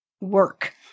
work